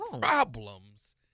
problems